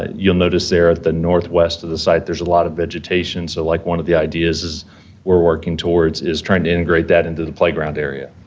you'll notice there at the northwest of the site, there's a lot of vegetation, so, like, one of the ideas we're working towards is trying to integrate that into the playground area.